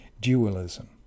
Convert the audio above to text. dualism